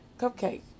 Cupcake